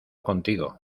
contigo